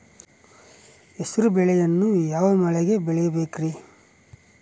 ಹೆಸರುಬೇಳೆಯನ್ನು ಯಾವ ಮಳೆಗೆ ಬೆಳಿಬೇಕ್ರಿ?